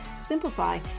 simplify